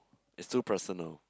is too personal